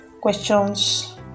questions